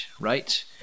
right